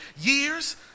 years